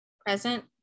present